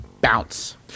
bounce